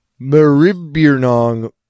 Maribyrnong